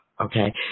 Okay